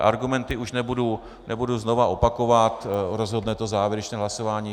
Argumenty už nebudu znova opakovat, rozhodne to závěrečné hlasování.